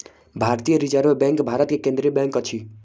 भारतीय reserve bank Bharat के केंद्रीय बैंक अछि